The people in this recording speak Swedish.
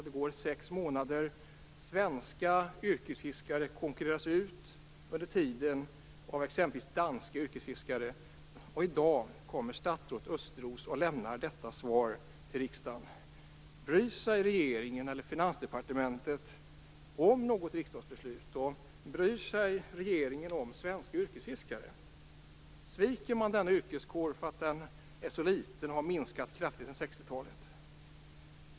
Det går sex månader, och under tiden konkurreras svenska yrkesfiskare ut av exempelvis danska yrkesfiskare. I dag kommer statsrådet Östros och lämnar detta svar till riksdagen. Bryr sig regeringen eller Finansdepartementet något om riksdagsbeslut? Bryr sig regeringen något om svenska yrkesfiskare? Sviker man denna yrkeskår därför att den är så liten och har minskat kraftigt under 60-talet?